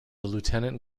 lieutenant